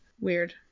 Weird